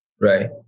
Right